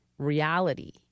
reality